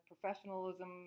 professionalism